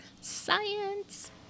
science